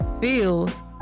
feels